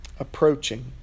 approaching